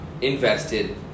invested